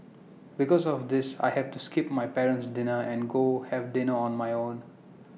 because of this I have to skip my parent's dinner and go have dinner on my own